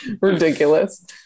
ridiculous